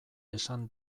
esan